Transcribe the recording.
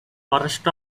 worst